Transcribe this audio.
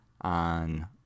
on